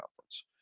conference